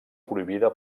prohibida